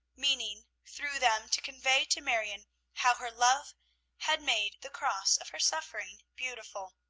meaning, through them, to convey to marion how her love had made the cross of her suffering beautiful.